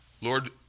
Lord